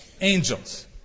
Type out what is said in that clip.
angels